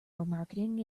marketing